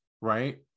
right